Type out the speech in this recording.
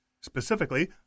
Specifically